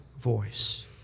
voice